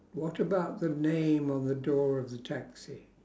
what about the name on the door of the taxi